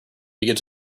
begins